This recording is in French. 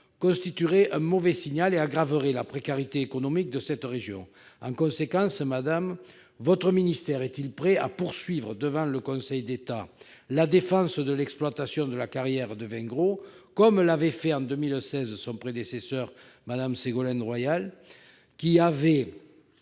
constituerait un mauvais signal et aggraverait la précarité économique de cette région. En conséquence, le ministre de la transition écologique et solidaire est-il prêt à poursuivre devant le Conseil d'État la défense de l'exploitation de la carrière de Vingrau, comme l'avait fait en 2016 son prédécesseur, Mme Ségolène Royal, qui avait